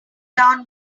down